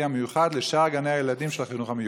המיוחד לשאר גני הילדים של החינוך המיוחד?